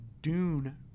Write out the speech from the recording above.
Dune